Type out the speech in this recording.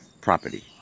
property